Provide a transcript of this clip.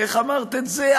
איך אמרת את זה?